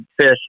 fish